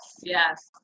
yes